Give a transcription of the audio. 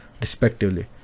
respectively